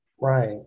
Right